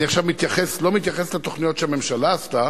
אני עכשיו לא מתייחס לתוכניות שהממשלה עשתה,